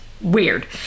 weird